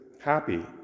Happy